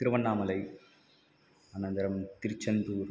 तिरुण्णामलै अनन्तरं तिर्चन्तूर्